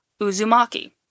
Uzumaki